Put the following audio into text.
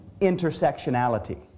intersectionality